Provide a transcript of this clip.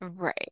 right